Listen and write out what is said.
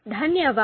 धन्यवाद